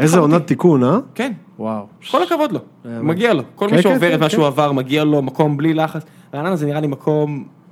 איזה עונת תיקון אה כן וואו כל הכבוד לו מגיע לו כל מי שעובר את מה שהוא עבר מגיע לו מקום בלי לחץ רעננה זה נראה לי מקום